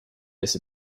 this